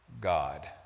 God